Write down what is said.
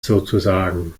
sozusagen